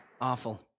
awful